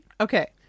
Okay